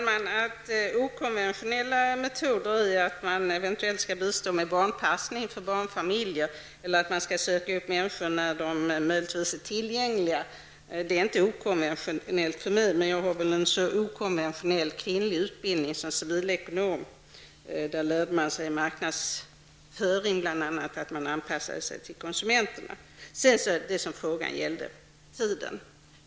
Herr talman! Att okonventionella metoder bl.a. är att man eventuellt skall bistå med barnpassning för barnfamiljer eller att man skall söka upp människorna där de möjligen är tillgängliga är inte okonventionellt för mig, men jag har väl som civilekonom en okonventionell kvinnlig utbildning. I den utbildningen lärde man sig bl.a. marknadsföring, varvid det gällde att anpassa sig till konsumenterna. Sedan till det som frågan gällde -- tiden.